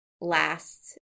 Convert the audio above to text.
last